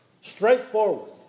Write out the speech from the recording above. Straightforward